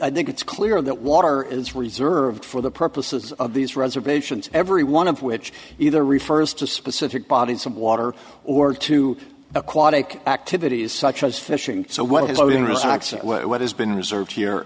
i think it's clear that water is reserved for the purposes of these reservations every one of which either refers to specific bodies of water or to aquatic activities such as fishing so what has been recent what has been observed here